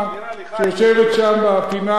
שיושבת שם בפינה,